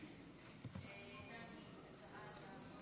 אני קובע כי אושרה הצעת חוק